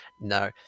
no